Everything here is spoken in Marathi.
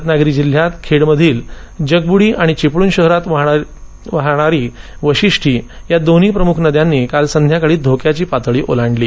रत्नागिरी जिल्ह्यात खेडमधली जगबुडी आणि चिपळूण शहरातून वाहणारी वाशिष्ठी या दोन्ही प्रमुख नद्यांनी काल सायंकाळी धोक्याची पातळी ओलांडली